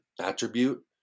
attribute